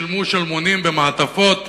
שילמו שלמונים במעטפות